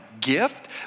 gift